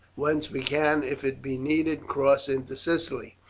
whence we can, if it be needed, cross into sicily.